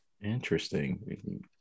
Interesting